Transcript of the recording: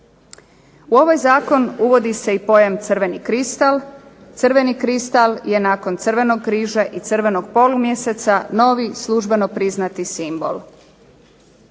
U ovaj zakon uvodi se i pojam crveni kristal. Crveni kristal je nakon crvenog križa i crvenog polumjeseca novi službeno priznati simbol.